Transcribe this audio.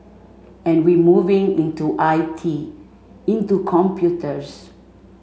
and we moving into I T into computers